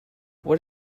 what